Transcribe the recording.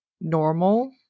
normal